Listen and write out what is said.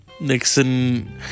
Nixon